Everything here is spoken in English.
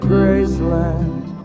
Graceland